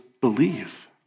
believe